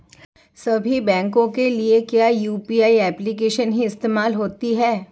सभी बैंकों के लिए क्या यू.पी.आई एप्लिकेशन ही इस्तेमाल होती है?